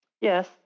Yes